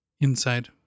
inside